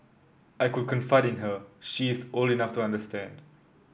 I could confide in her she is old enough to understand